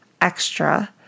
extra